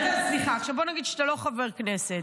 עכשיו בוא נגיד שאתה לא חבר כנסת,